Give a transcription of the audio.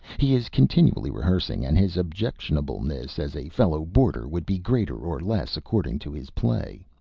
he is continually rehearsing, and his objectionableness as a fellow-boarder would be greater or less, according to his play.